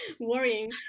Worrying